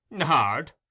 Hard